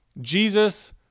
Jesus